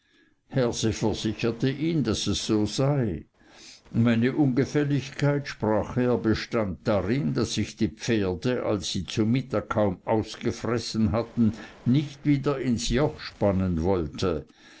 herse versicherte ihn daß es so sei meine ungefälligkeit sprach er bestand darin daß ich die pferde als sie zu mittag kaum ausgefressen hatten nicht wieder ins joch spannen wollte